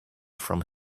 from